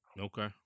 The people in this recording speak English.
Okay